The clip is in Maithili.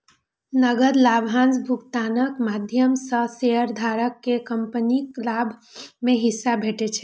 नकद लाभांश भुगतानक माध्यम सं शेयरधारक कें कंपनीक लाभ मे हिस्सा भेटै छै